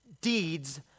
deeds